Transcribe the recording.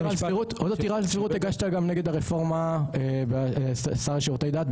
עוד עתירה על סבירות הגשת גם נגד הרפורמה עם השר לשירותי דת,